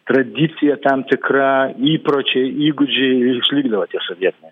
tradicija tam tikra įpročiai įgūdžiai ir išlikdavo tie sovietiniai